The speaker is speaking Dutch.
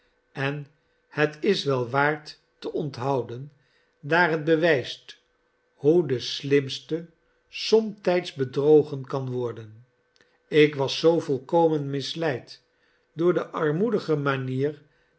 en het is wel waard te onthouden daar het bewijst hoe de slimste somtijds bedrogen kan worden ik was zoo volkomen misleid door de armoedige manier